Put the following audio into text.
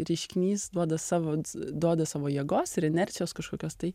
reiškinys duoda savo duoda savo jėgos ir inercijos kažkokios tai